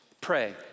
pray